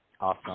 Awesome